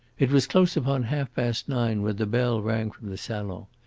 it was close upon half-past nine when the bell rang from the salon.